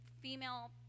female